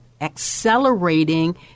accelerating